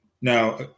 Now